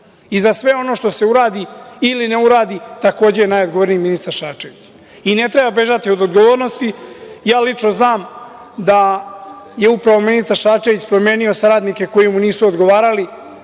Za sve ono što se uradi ili ne uradi, takođe je najodgovorniji ministar Šarčević i ne treba bežati od odgovornosti. Lično znam da je, upravo ministar Šarčević, promenio saradnike koji mu nisu odgovarali,